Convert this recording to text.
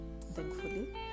Thankfully